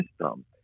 system